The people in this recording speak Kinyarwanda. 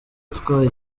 utwaye